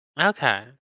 Okay